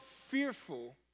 fearful